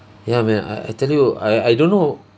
ya man I I tell you I I don't know